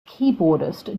keyboardist